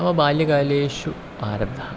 मम बाल्यकालेषु आरब्धः